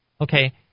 Okay